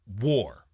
war